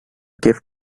gift